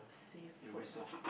seafood ah